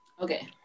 Okay